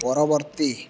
ପରବର୍ତ୍ତୀ